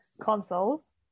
consoles